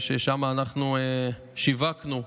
שיווקנו שם.